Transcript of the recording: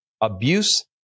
abuse